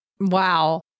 Wow